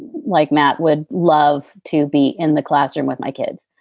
like matt, would love to be in the classroom with my kids,